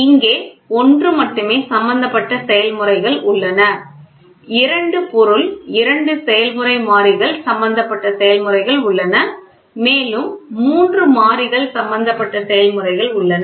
இங்கே ஒன்று மட்டுமே சம்பந்தப்பட்ட செயல்முறைகள் உள்ளன இரண்டு பொருள் இரண்டு செயல்முறை மாறிகள் சம்பந்தப்பட்ட செயல்முறைகள் உள்ளன மேலும் மூன்று மாறிகள் சம்பந்தப்பட்ட செயல்முறைகள் உள்ளன